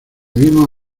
vimos